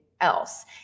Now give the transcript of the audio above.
else